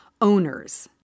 owners